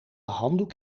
handdoek